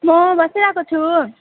म बसिरहेको छु